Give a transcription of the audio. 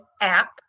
app